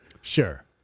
Sure